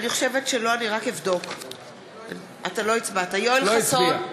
(קוראת בשם חבר הכנסת) יואל חסון,